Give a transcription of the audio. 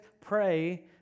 pray